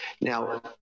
Now